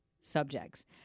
subjects